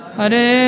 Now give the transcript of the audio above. Hare